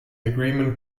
agreement